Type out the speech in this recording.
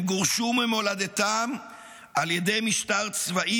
הם גורשו ממולדתם על ידי משטר צבאי